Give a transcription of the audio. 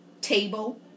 table